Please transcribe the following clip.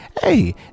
Hey